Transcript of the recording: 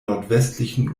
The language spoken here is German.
nordwestlichen